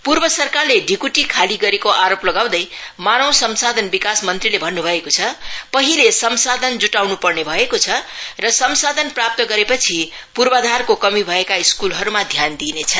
पूर्व सरकारले ढिक्टी खाली गरेको आरोप लगाउँदै मानव संसाधन विकास मंत्रीले भन्न् भएको छ पहिले संसाधन जुटाउन् पर्ने भएको छ र संसाधन प्राप्त गरेपछि पूर्वाधारको कमी भएका स्कूलहरूमा ध्यान दिइनेछ